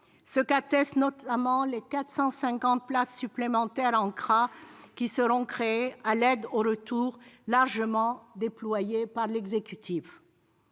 ce qu'attestent notamment les 450 places supplémentaires qui seront créées en CRA, et l'aide au retour largement déployée par l'exécutif.